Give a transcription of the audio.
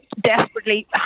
desperately